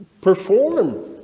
perform